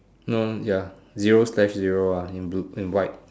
no ya zero slash zero ah in blue in white